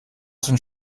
sind